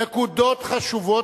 נקודות חשובות,